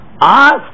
Ask